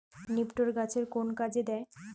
নিপটর গাছের কোন কাজে দেয়?